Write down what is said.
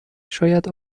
شاید